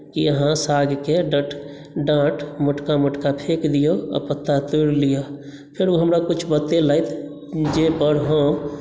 कि अहाँ सागके डँट डाँट मोटका मोटका फेकि दियौ आ पत्ता तोड़ि लिअ फेर ओ हमरा किछु बतेलथि जाहिपर हम